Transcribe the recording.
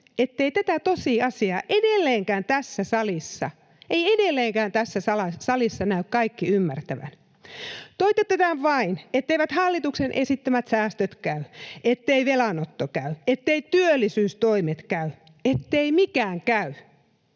etteivät tätä tosiasiaa edelleenkään tässä salissa näy kaikki ymmärtävän. Toitotetaan vain, etteivät hallituksen esittämät säästöt käy, ettei velanotto käy, etteivät työllisyystoimet käy, ettei mikään käy.